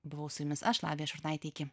buvau su jumis aš lavija šurnaitė iki